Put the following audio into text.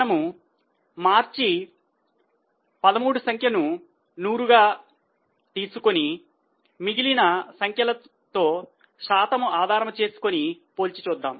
మనము మార్చి 13 సంఖ్యను నూరు గా తీసుకొని మరియు మిగిలిన సంఖ్యలతో శాతము ఆధారం చేసుకుని పోల్చి చూద్దాం